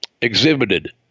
exhibited